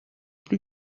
plus